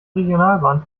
regionalbahn